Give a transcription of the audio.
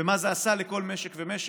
ומה זה עשה לכל משק ומשק,